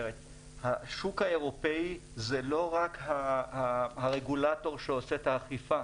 השוק האירופאי זה לא רק הרגולטור שעושה את האכיפה.